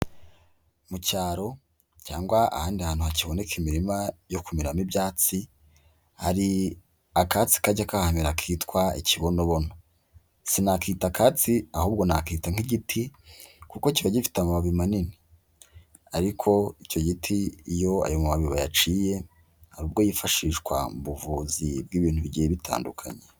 Mu cyaro cyangwa ahandi hantu hakiboneka imirima yo kumeramo ibyatsi, hari akatsi kajya kahamera kitwa ikibonobono, sinakita akatsi ahubwo nakita nk'igiti, kuko kiba gifite amababi manini, ariko icyo giti iyo ayo mababi bayaciye hari ubwo yifashishwa mu buvuzi bw'ibintu bigiye bitandukanye.